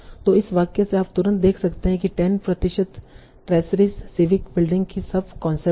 तो इस वाक्य से आप तुरंत देख सकते हैं कि 10 प्रतिशत ट्रेसरिस सिविक बिल्डिंग्स की सब कॉन्सेप्ट्स हैं